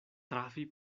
trafi